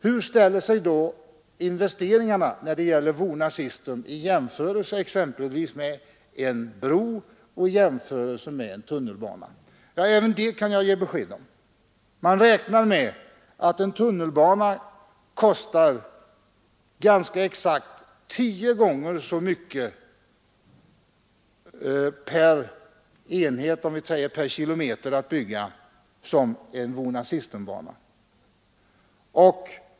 Hur ställer sig då investeringarna när det gäller VONA System i jämförelse exempelvis med en bro och i jämförelse med en tunnelbana? Ja, även det kan jag ge besked om. Man räknar med att en tunnelbana kostar ganska exakt tio gånger så mycket per kilometer att bygga som en VONA System-bana.